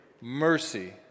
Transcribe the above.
mercy